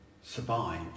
survive